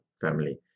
family